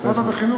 לוועדת החינוך.